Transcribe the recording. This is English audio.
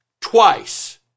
twice